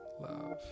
love